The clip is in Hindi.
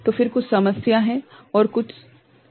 तो फिर कुछ समस्या है कुछ समस्या है ठीक थे